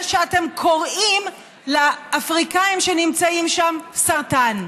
שאתה קוראים לאפריקנים שנמצאים שם "סרטן".